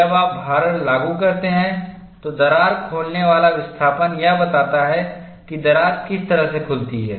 जब आप भारण लागू करते हैं तो दरार खोलने वाला विस्थापन यह बताता है कि दरार किस तरह से खुलती है